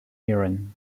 iran